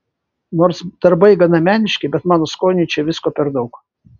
nors darbai gana meniški bet mano skoniui čia visko per daug